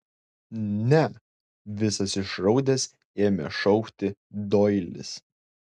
ne visas išraudęs ėmė šaukti doilis